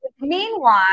Meanwhile